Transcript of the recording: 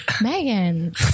Megan